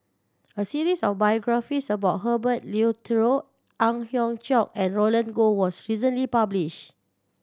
a series of biographies about Herbert Eleuterio Ang Hiong Chiok and Roland Goh was recently published